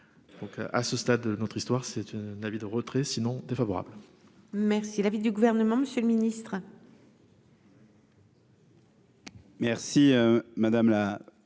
donc, à ce stade de notre histoire, c'est une un avis de retrait sinon défavorable.